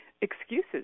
excuses